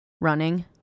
Running